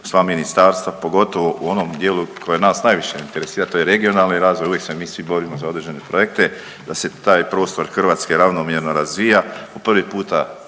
sva ministarstva pogotovo u onom dijelu koje nas najviše interesira, to je regionalni razvoj, uvijek se mi svi borimo za određene projekte da se taj prostor Hrvatske ravnomjerno razvija. Po prvi puta